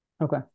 Okay